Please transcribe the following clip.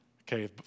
Okay